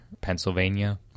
Pennsylvania